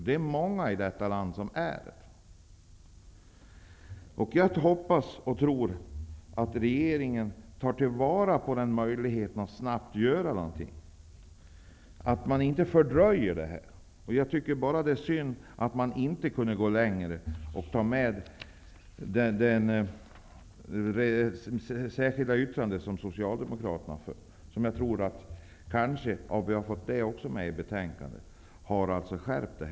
Det är många i detta land som är det. Jag hoppas och tror att regeringen tar till vara möjligheten att snabbt göra någonting och att man inte fördröjer detta. Jag tycker att det är synd att man inte kunde gå längre och godta det särskilda yttrande som Socialdemokraterna har lagt fram. Om det hade varit med i majoritetstexten i betänkandet hade en ytterligare skärpning skett.